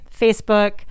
Facebook